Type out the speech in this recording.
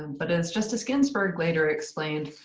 and but as justice ginsburg later explained,